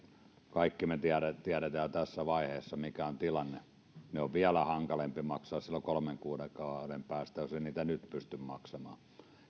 kaikki me tiedämme tiedämme jo tässä vaiheessa mikä todellisuudessa on tilanne ne on vielä hankalampi maksaa silloin kolmen kuukauden päästä jos ei niitä nyt pysty maksamaan